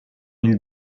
mille